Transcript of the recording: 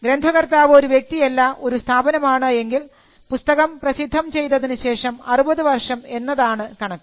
ഗ്രന്ഥകർത്താവ് ഒരു വ്യക്തിയല്ല ഒരു സ്ഥാപനമാണെങ്കിൽ പുസ്തകം പ്രസിദ്ധം ചെയ്തതിനുശേഷം 60 വർഷം എന്നതാണ് കണക്ക്